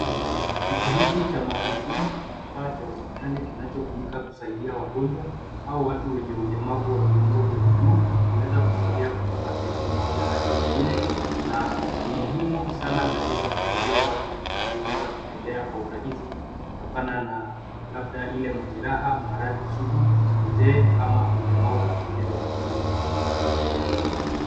Kiti hiki cha magurudumu ni kifaa cha hospitali ambacho hutumika kusaidia wagonjwa au watu wenye ulemavu wa viungo vya mguu, kuweza kusogea kutoka sehemu moja hadi nyingine, na ni muhimu sana katika kusaidia watu wasioweza kutembea kwa urahisi, kutokana na labda ile majeraha, maradhi sugu, uzee, ama ulemavu ule wa kudumu.